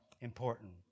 important